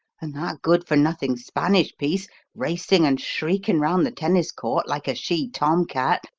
and that good-for-nothing spanish piece racing and shrieking round the tennis court like a she tom-cat,